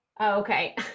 Okay